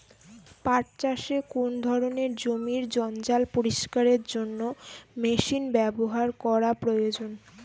পাট চাষে কোন ধরনের জমির জঞ্জাল পরিষ্কারের জন্য মেশিন ব্যবহার করা প্রয়োজন?